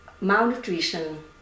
malnutrition